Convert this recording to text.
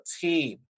team